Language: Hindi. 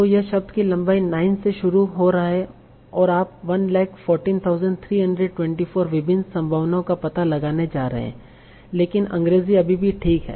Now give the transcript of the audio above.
तो यह शब्द की लंबाई 9 से शुरू हो रहा है आप 114324 विभिन्न संभावनाओं का पता लगाने जा रहे हैं लेकिन अंग्रेजी अभी भी ठीक है